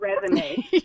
resume